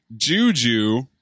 Juju